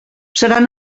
seran